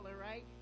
right